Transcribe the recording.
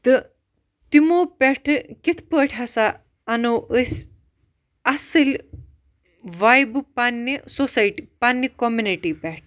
تہٕ تِمو پٮ۪ٹھہٕ کِتھ پٲٹھۍ ہَسا اَنو أسۍ اصل وایبہٕ پَننہِ سوسایٹی پَننہِ کوٚمنِٹی پٮ۪ٹھ